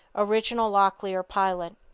original locklear pilot.